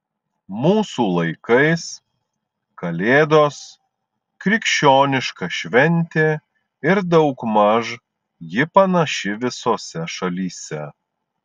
mūsų laikais kalėdos krikščioniška šventė ir daugmaž ji panaši visose šalyse